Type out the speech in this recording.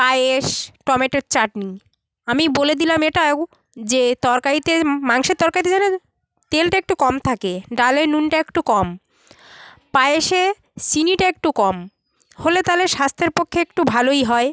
পায়েস টমেটোর চাটনি আমি বলে দিলাম এটাও যে তরকারিতে মাংসের তরকারিতে যেন তেলটা একটু কম থাকে ডালে নুনটা একটু কম পায়েসে চিনিটা একটু কম হলে তালে স্বাস্থ্যের পক্ষে একটু ভালোই হয়